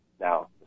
Now